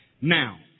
Now